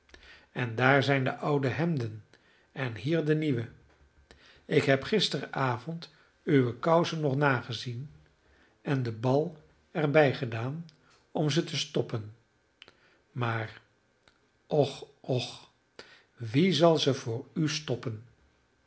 en daar zijn de oude hemden en hier de nieuwe ik heb gisterenavond uwe kousen nog nagezien en den bal er bij gedaan om ze te stoppen maar och och wie zal ze voor u stoppen